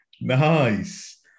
Nice